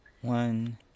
One